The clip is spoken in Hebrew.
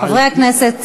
חברי הכנסת,